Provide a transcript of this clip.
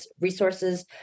resources